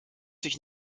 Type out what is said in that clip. sich